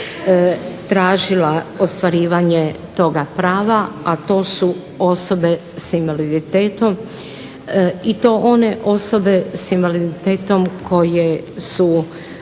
tražila ostvarivanje toga prava, a to su osobe sa invaliditetom i to one osobe sa invaliditetom koje su